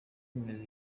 bimeze